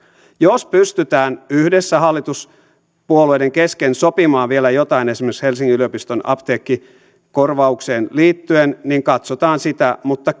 jos pystytään yhdessä hallituspuolueiden kesken sopimaan vielä jotain esimerkiksi helsingin yliopiston apteekkikorvaukseen liittyen niin katsotaan sitä mutta